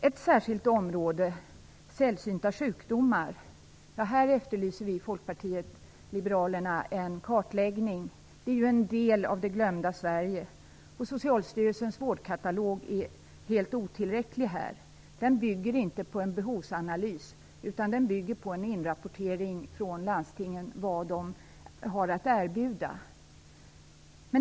Ett särskilt område är sällsynta sjukdomar. Här efterlyser vi i Folkpartiet liberalerna en kartläggning. Det handlar om en del av det glömda Sverige, och Socialstyrelsens vårdkatalog är helt otillräcklig. Den bygger inte på en behovsanalys, utan på en inrapportering från landstingen om vad de har att erbjuda.